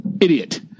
Idiot